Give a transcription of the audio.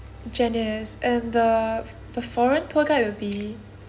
janice and the the foreign tour guide will be